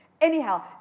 Anyhow